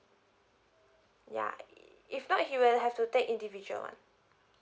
yeah if not he will have to take individual one